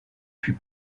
fut